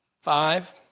Five